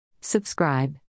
Subscribe